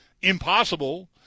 impossible